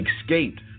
escaped